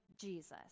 Jesus